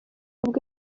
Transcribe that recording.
ubwo